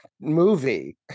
movie